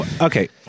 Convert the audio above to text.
Okay